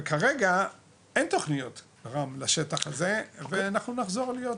וכרגע אין תוכניות לשטח הזה ואנחנו נחזור להיות במה שהיינו.